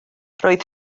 roedd